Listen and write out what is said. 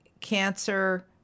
cancer